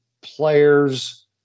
players